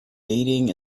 dating